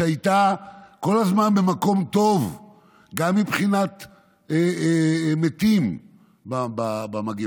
שהייתה כל הזמן במקום טוב גם מבחינת מתים במגפה,